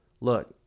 look